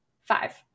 five